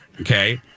okay